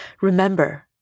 Remember